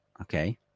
Okay